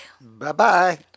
Bye-bye